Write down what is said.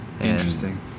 Interesting